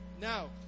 now